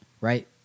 right